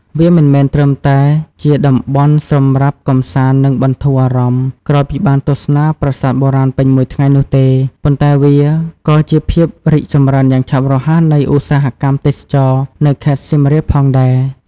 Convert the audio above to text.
វាមិនត្រឹមតែជាតំបន់សម្រាប់ កម្សាន្ត និងបន្ធូរអារម្មណ៍ ក្រោយពីបានទស្សនាប្រាសាទបុរាណពេញមួយថ្ងៃនោះទេ ប៉ុន្តែវាក៏ជាភាពរីកចម្រើនយ៉ាងឆាប់រហ័សនៃឧស្សាហកម្មទេសចរណ៍ នៅខេត្តសៀមរាបផងដែរ។